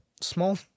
small